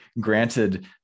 Granted